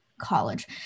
college